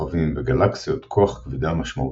כוכבים וגלקסיות כוח כבידה משמעותי.